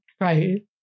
Right